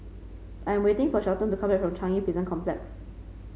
I am waiting for Shelton to come back from Changi Prison Complex